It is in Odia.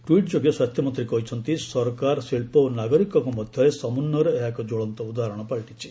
ଟ୍ୱିଟ୍ ଯୋଗେ ସ୍ୱାସ୍ଥ୍ୟ ମନ୍ତ୍ରୀ କହିଛନ୍ତି ସରକାର ଶିଳ୍ପ ଓ ନାଗରିକଙ୍କ ମଧ୍ୟରେ ସମନ୍ୱୟର ଏହା ଏକ ଜ୍ୱଳନ୍ତ ଉଦାହରଣ ପାଲଟିଛି